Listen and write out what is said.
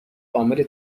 عامل